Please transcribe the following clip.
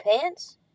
pants